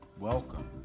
Welcome